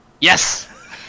Yes